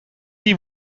die